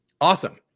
Awesome